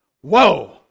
Whoa